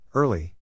Early